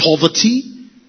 Poverty